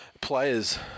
Players